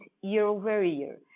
year-over-year